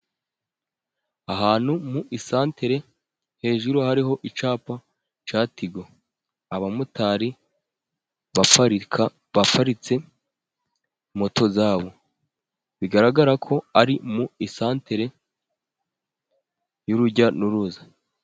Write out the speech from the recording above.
Ahantu mu isantire hejuru hariho icyapa cya tigo, abamotari baparika, baparitse moto zabo. Bigaragara ko ari mu isantire y'urujya n'uruza.